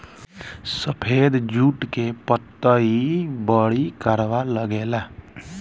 सफेद जुट के पतई बड़ी करवा लागेला